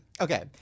okay